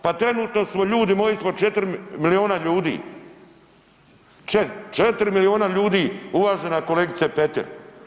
Pa trenutno smo ljudi ispod 4 milijuna ljudi, 4 milijuna ljudi uvažena kolegice Petir.